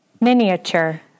Miniature